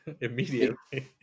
immediately